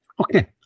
Okay